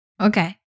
Okay